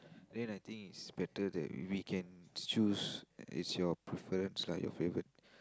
and I think it's better that we can choose it's your preference lah your favourite